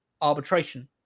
arbitration